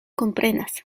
komprenas